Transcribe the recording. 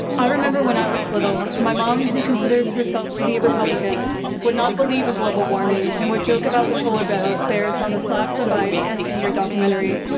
i remember when i was little, my mom who considers herself to be a republican would not believe in global warming and would joke about the polar bears bears on the slabs of ice in your documentary.